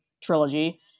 trilogy